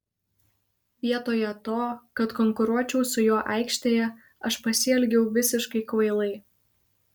vietoje to kad konkuruočiau su juo aikštėje aš pasielgiau visiškai kvailai